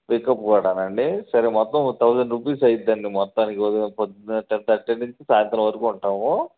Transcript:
pickup కూగూడానండి సరే మొత్తం ఒక థౌజండ్ రూపీస్ అవుతుందండి మొత్తానికి ఉదయం ప్రొద్దున టెన్ థర్టీ నుంచి సాయంత్రం వరకు ఉంటాము